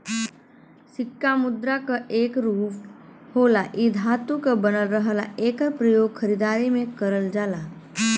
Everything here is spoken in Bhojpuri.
सिक्का मुद्रा क एक रूप होला इ धातु क बनल रहला एकर प्रयोग खरीदारी में करल जाला